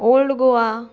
old Goa